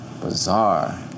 Bizarre